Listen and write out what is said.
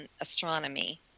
astronomy